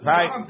Right